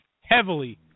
heavily